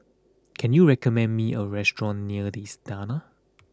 can you recommend me a restaurant near The Istana